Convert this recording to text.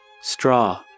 Straw